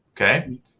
okay